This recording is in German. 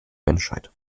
menschheit